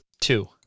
Two